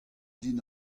din